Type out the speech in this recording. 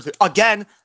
again